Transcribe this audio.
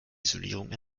isolierung